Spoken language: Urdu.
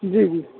جی جی